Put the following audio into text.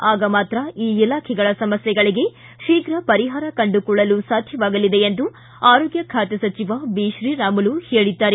ಆಗ ಮಾತ್ರ ಈ ಇಲಾಖೆಗಳ ಸಮಸ್ಥೆಗಳಿಗೆ ಶೀಘ್ರ ಪರಿಹಾರ ಕಂಡುಕೊಳ್ಳಲು ಸಾಧ್ಯವಾಗಲಿದೆ ಎಂದು ಆರೋಗ್ಯ ಖಾತೆ ಸಚಿವ ಬಿತ್ರೀರಾಮುಲು ಹೇಳಿದ್ದಾರೆ